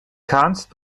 kannst